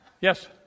Yes